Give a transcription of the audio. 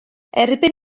erbyn